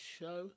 show